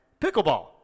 Pickleball